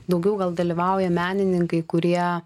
daugiau gal dalyvauja menininkai kurie